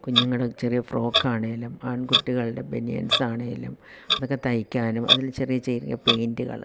കുഞ്ഞുങ്ങളുടെ ചെറിയ ഫ്രോക്കാണെങ്കിലും ആൺകുട്ടികളുടെ ബനിയൻസാണെങ്കിലും അതൊക്കെ തയ്ക്കാനും അതിൽ ചെറിയ ചെറിയ പെയിൻറ്റുകൾ